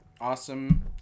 awesome